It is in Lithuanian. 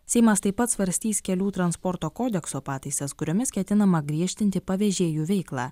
seimas taip pat svarstys kelių transporto kodekso pataisas kuriomis ketinama griežtinti pavežėjų veiklą